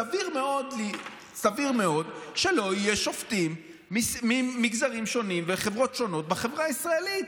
סביר מאוד שלא יהיו שופטים ממגזרים שונים ומחברות שונות בחברה הישראלית.